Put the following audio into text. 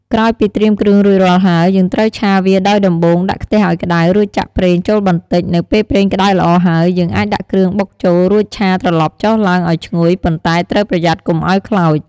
ក្រោយពីត្រៀមគ្រឿងរួចរាល់ហើយ យើងត្រូវឆាវា ដោយដំបូង ដាក់ខ្ទះឱ្យក្តៅ រួចចាក់ប្រេងចូលបន្តិច នៅពេលប្រេងក្តៅល្អហើយ យើងអាចដាក់គ្រឿងបុកចូល រួចឆាត្រឡប់ចុះឡើងឱ្យឈ្ងុយ ប៉ុន្តែត្រូវប្រយ័ត្នកុំឱ្យខ្លោច។